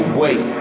wait